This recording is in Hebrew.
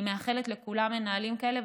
אני מאחלת לכולם מנהלים כאלה,